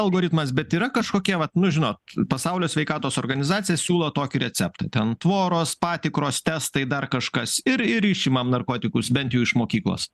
algoritmas bet yra kažkokie vat nu žinot pasaulio sveikatos organizacija siūlo tokį receptą ten tvoros patikros testai dar kažkas ir ir išimam narkotikus bent jau iš mokyklos